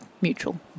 mutual